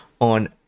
on